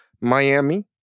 Miami